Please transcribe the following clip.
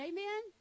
Amen